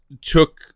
took